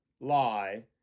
lie